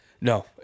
no